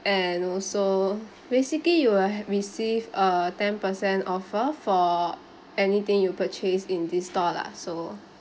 and also basically you will receive a ten percent offer for anything you purchase in the store lah so